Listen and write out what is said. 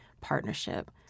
partnership